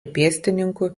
pėstininkų